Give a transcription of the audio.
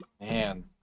man